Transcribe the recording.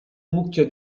mucchio